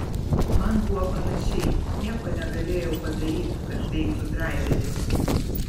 man buvo panašiai nieko negalėjau padaryt kad veiktų draiveris